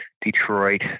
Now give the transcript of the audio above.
Detroit